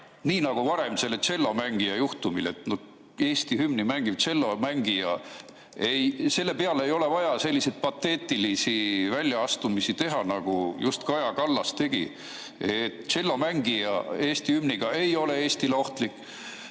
Nii nagu varem selle tšellomängija juhtumil. Eesti hümni mängiv tšellomängija – selle peale ei ole vaja selliseid pateetilisi väljaastumisi teha, nagu just Kaja Kallas tegi. Tšellomängija Eesti hümniga ei ole Eestile ohtlik